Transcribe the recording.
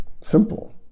Simple